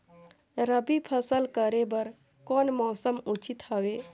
रबी फसल करे बर कोन मौसम उचित हवे?